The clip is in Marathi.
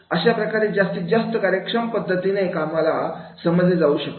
अशाप्रकारे जास्तीत जास्त कार्यक्षम पद्धतीने कामाला समजले जाऊ शकते